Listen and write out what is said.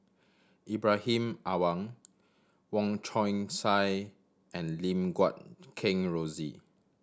Ibrahim Awang Wong Chong Sai and Lim Guat Kheng Rosie